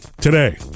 today